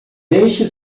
deixe